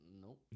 Nope